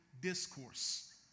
Discourse